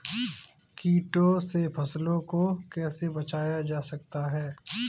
कीटों से फसल को कैसे बचाया जा सकता है?